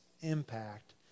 impact